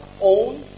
own